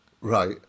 Right